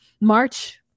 March